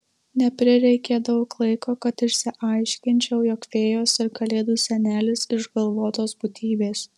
neprireikė daug laiko kad išsiaiškinčiau jog fėjos ir kalėdų senelis išgalvotos būtybės